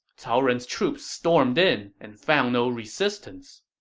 cao ren's troops stormed in and found no resistance.